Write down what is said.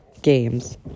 Games